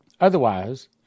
Otherwise